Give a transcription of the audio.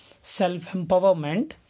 self-empowerment